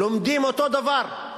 לומדים אותו דבר,